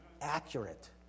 accurate